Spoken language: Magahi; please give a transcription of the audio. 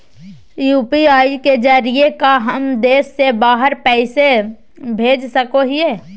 यू.पी.आई के जरिए का हम देश से बाहर पैसा भेज सको हियय?